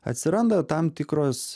atsiranda tam tikros